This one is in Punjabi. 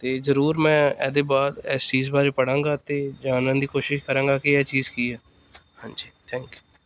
ਅਤੇ ਜ਼ਰੂਰ ਮੈਂ ਇਹਦੇ ਬਾਅਦ ਇਸ ਚੀਜ਼ ਬਾਰੇ ਪੜ੍ਹਾਂਗਾ ਅਤੇ ਜਾਣਨ ਦੀ ਕੋਸ਼ਿਸ਼ ਕਰਾਂਗਾ ਕਿ ਇਹ ਚੀਜ਼ ਕੀ ਹੈ ਹਾਂਜੀ ਥੈਂਕ ਯੂ